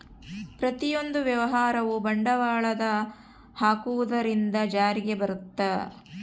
ಪ್ರತಿಯೊಂದು ವ್ಯವಹಾರವು ಬಂಡವಾಳದ ಹಾಕುವುದರಿಂದ ಜಾರಿಗೆ ಬರುತ್ತ